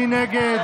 מי נגד?